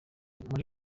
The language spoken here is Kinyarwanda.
muri